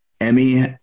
Emmy